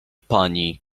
pani